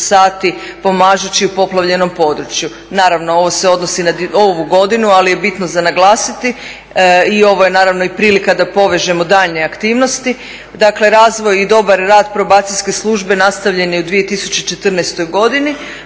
sati pomažući u poplavljenom području. Naravno, ovo se odnosi na ovu godinu ali je bitno za naglasiti i ovo je naravno i prilika da povežemo daljnje aktivnosti, dakle razvoj i dobar rad Probacijske službe nastavljen je u 2014. godini.